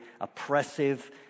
oppressive